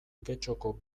getxoko